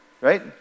right